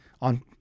on